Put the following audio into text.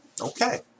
Okay